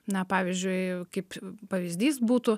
na pavyzdžiui kaip pavyzdys būtų